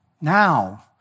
now